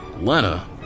Lena